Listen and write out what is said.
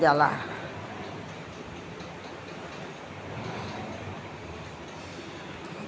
मसाला क पाउडर बनाके खाना में इस्तेमाल करल जाला